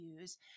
use